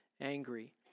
angry